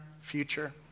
future